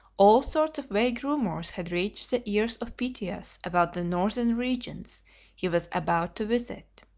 all sorts of vague rumours had reached the ears of pytheas about the northern regions he was about to visit.